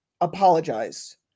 apologize